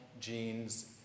genes